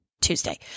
Tuesday